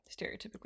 stereotypically